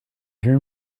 hear